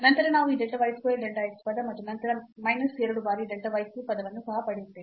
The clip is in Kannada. ನಂತರ ನಾವು ಈ delta y square delta x ಪದ ಮತ್ತು ನಂತರ ಮೈನಸ್ 2 ಬಾರಿ delta y cube ಪದವನ್ನು ಸಹ ಪಡೆಯುತ್ತೇವೆ